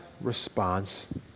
response